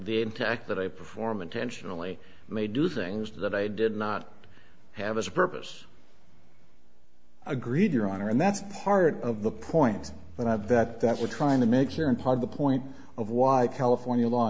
impact that i perform intentionally may do things that i did not have as a purpose agreed your honor and that's part of the point that i have that that we're trying to make here in part the point of why california law